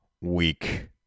week